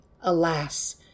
Alas